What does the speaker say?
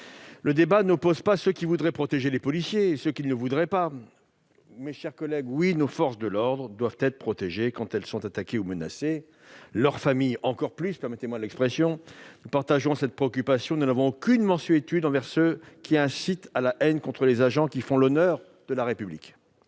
Le débat n'oppose pas ceux qui voudraient protéger les policiers et ceux qui ne le voudraient pas. Mes chers collègues, oui, nos forces de l'ordre doivent être protégées quand elles sont attaquées ou menacées, et les familles de leurs membres encore plus. Nous partageons cette préoccupation. Nous n'avons aucune mansuétude envers ceux qui incitent à la haine contre les agents qui font l'honneur de la République.